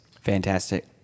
Fantastic